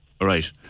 Right